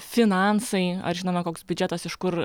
finansai ar žinome koks biudžetas iš kur